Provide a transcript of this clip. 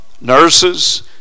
nurses